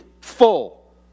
full